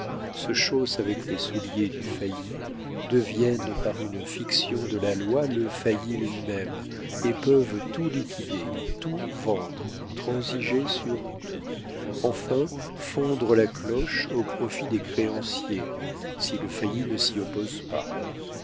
se chaussent avec les souliers du failli deviennent par une fiction de la loi le failli lui-même et peuvent tout liquider tout vendre transiger sur tout enfin fondre la cloche au profit des créanciers si le failli ne s'y oppose pas